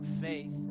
faith